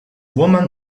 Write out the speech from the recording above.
woman